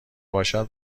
باشد